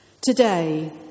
Today